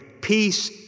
Peace